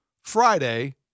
Friday